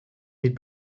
niet